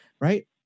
right